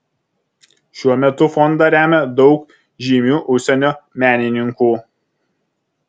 šiuo metu fondą remia daug žymių užsienio menininkų